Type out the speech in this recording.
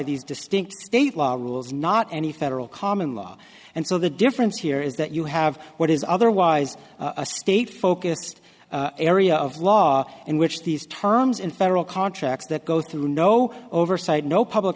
these distinct state law rules not any federal common law and so the difference here is that you have what is otherwise a state focused area of law in which these terms in federal contracts that go through no oversight no public